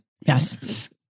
Yes